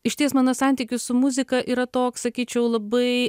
išties mano santykis su muzika yra toks sakyčiau labai